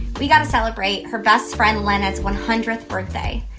we got to celebrate her best friend lena's one hundredth birthday.